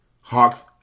Hawks